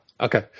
okay